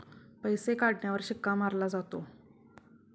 पैसे काढण्यावर शिक्का मारला जातो